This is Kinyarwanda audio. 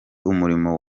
umurimo